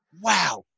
wow